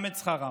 גם את שכרם,